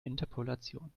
interpolation